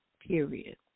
period